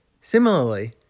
Similarly